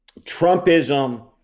Trumpism